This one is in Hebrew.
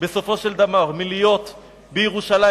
מלהיות בירושלים,